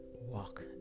walk